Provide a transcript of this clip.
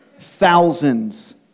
Thousands